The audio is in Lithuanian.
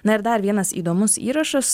na ir dar vienas įdomus įrašas